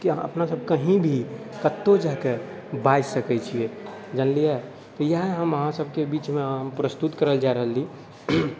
की अपनासब कहीं भी कतौ जाके बाजि सकै छियै जानलियै इएह हम अहाँसबके बीचमे प्रस्तुत करै लए जा रहली